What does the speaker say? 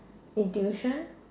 in tuition